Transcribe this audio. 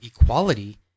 equality